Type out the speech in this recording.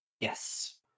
Yes